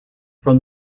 from